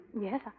Yes